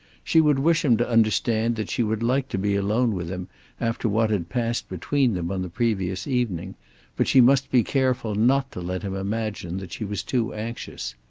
she would wish him to understand that she would like to be alone with him after what had passed between them on the previous evening but she must be careful not to let him imagine that she was too anxious.